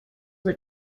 were